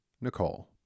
Nicole